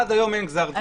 עד היום אין גזר דין?